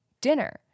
dinner